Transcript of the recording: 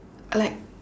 like